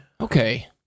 Okay